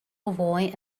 avoid